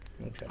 Okay